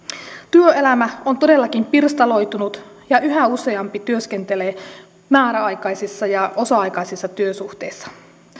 työelämä on todellakin pirstaloitunut ja yhä useampi työskentelee määräaikaisissa ja osa aikaisissa työsuhteissa